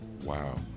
wow